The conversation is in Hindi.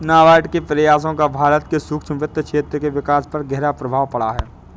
नाबार्ड के प्रयासों का भारत के सूक्ष्म वित्त क्षेत्र के विकास पर गहरा प्रभाव रहा है